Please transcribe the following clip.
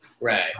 Right